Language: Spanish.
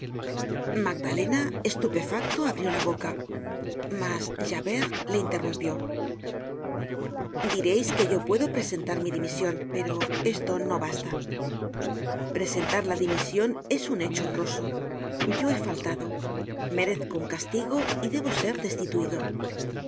magdalena estupefacto abrió la boca mas javert le interrumpió direis que yo puedo presentar mi dimision pero esto no basta presentar la dimision es un hecho honroso yo he faltado merezco un castigo y debo ser destituido